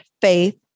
faith